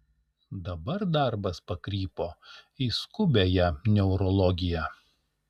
dabar darbas pakrypo į skubiąją neurologiją